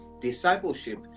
discipleship